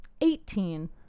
Eighteen